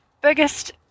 biggest